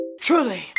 Truly